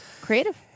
Creative